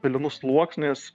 pelenų sluoksnis